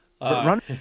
Run